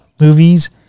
movies